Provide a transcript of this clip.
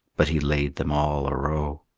but he laid them all arow.